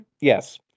Yes